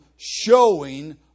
showing